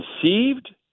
conceived